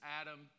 Adam